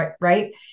right